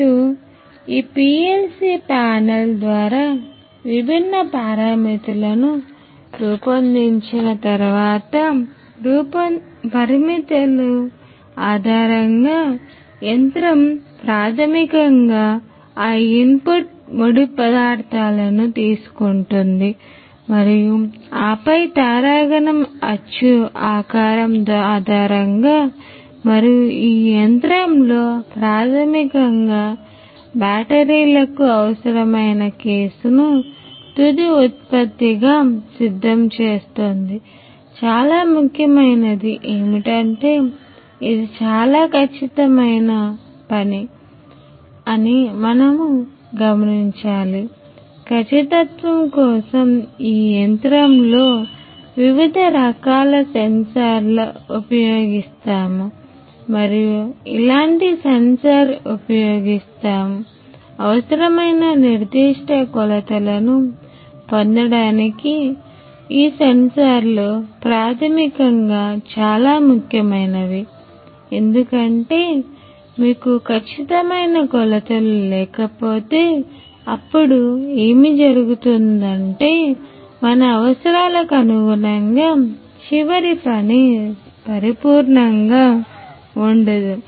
మీరు ఈ PLC panel ద్వారా ఈ విభిన్న పారామితులను పరిపూర్ణంగా ఉండదు